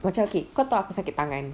macam okay kau tahu aku sakit tangan